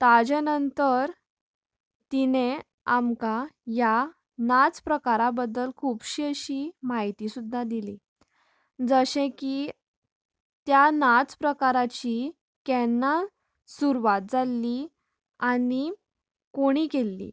ताजे नंतर तिने आमकां ह्या नाच प्रकारा बद्दल खूबशी अशीं म्हायती सुद्दां दिली जशें की त्या नाच प्रकाराची केन्ना सुरवात जाल्ली आनी कोणे केल्ली